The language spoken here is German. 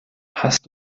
hast